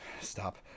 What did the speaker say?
Stop